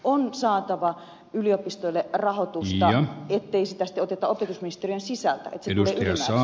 on saatavana yliopistojen rahoitus ja jätteistä joita kristillisissä ennusteissa